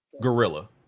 gorilla